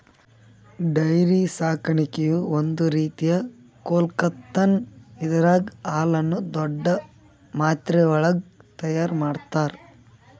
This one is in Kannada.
ಡೈರಿ ಸಾಕಾಣಿಕೆಯು ಒಂದ್ ರೀತಿಯ ಒಕ್ಕಲತನ್ ಇದರಾಗ್ ಹಾಲುನ್ನು ದೊಡ್ಡ್ ಮಾತ್ರೆವಳಗ್ ತೈಯಾರ್ ಮಾಡ್ತರ